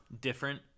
different